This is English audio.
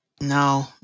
No